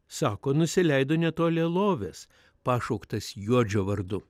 sako nusileido netoli alovės pašauktas juodžio vardu